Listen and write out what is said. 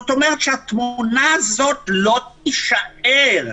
זאת אומרת, התמונה הזאת לא תישאר.